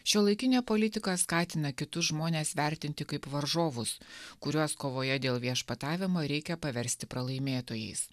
šiuolaikinė politika skatina kitus žmones vertinti kaip varžovus kuriuos kovoje dėl viešpatavimo reikia paversti pralaimėtojais